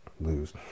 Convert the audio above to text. lose